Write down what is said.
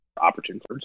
opportunity